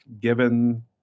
given